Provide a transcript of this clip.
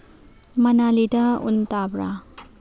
ꯃꯅꯥꯂꯤꯗ ꯎꯟ ꯇꯥꯕ꯭ꯔꯥ